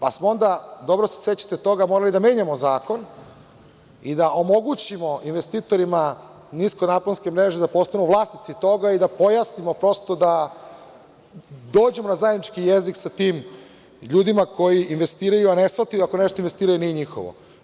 Pa smo onda, dobro se sećate toga, morali da menjamo zakon i da omogućimo investitorima niskonaponske mreže da postanu vlasnici toga i da pojasnimo prosto da dođemo na zajednički jezik sa tim ljudima koji investiraju a ne shvataju ako nešto investiraju da nije njihovo.